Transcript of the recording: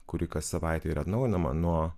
kuri kas savaitę yra atnaujinama nuo